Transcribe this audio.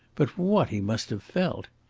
but what he must have felt!